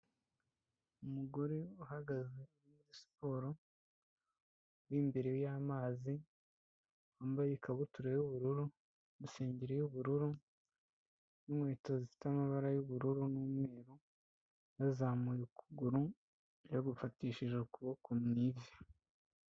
Umugore uhagaze uri muri siporo, uri imbere y'amazi wambaye ikabutura y'ubururu, n'isengeri y'ubururu, n'inkweto zifite amabara y'ubururu n'umweru, yazamuye ukuguru, yagufatishije ukuboko mu ivi.